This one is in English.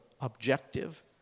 objective